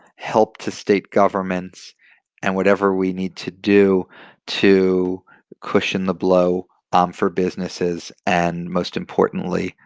help to state governments and whatever we need to do to cushion the blow um for businesses and, most importantly,